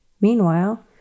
Meanwhile